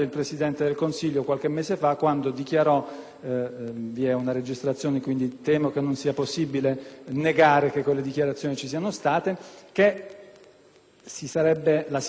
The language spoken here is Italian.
vi è una registrazione, quindi temo che non sia possibile negare che quelle dichiarazioni ci siano state - che la si sarebbe fatta finita con le intercettazioni,